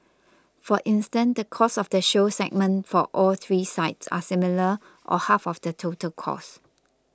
for instance the cost of the show segment for all three sites are similar or half of the total costs